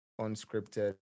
unscripted